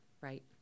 right